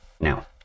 Now